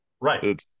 Right